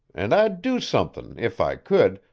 an' i'd do something, if i could,